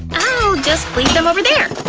i'll just leave them over there!